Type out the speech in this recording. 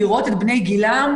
לראות את בני גילם,